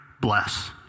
bless